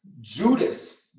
Judas